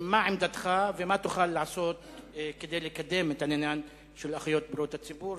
מה עמדתך ומה תוכל לעשות כדי לקדם את העניין של אחיות בריאות הציבור,